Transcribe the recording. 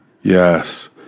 Yes